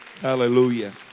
Hallelujah